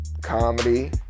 comedy